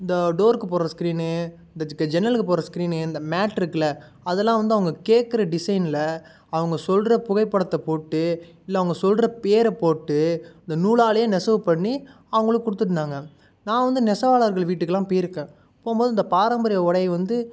இந்த டோருக்கு போடுற ஸ்க்ரீன் இந்த ஜ் க ஜன்னலுக்கு போடுற ஸ்க்ரீன் இந்த மேட்டிருக்குல அதெல்லாம் வந்து அவங்க கேக்கிற டிசைன்ல அவங்க சொல்கிற புகைப்படத்தை போட்டு இல்லை அவங்க சொல்கிற பேரை போட்டு இந்த நூலாலே நெசவு பண்ணி அவங்களுக் கொடுத்துட்ருந்தாங்க நான் வந்து நெசவாளர்கள் வீட்டுக்குலாம் போயிருக்கேன் போகும்போது இந்த பாரம்பரிய உடை வந்து